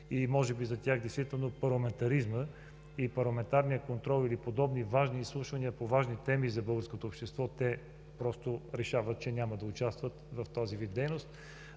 и може би за тях действително парламентаризмът и парламентарният контрол или подобни важни изслушвания, по важни теми за българското общество те просто решават, че няма да участват в този вид дейност.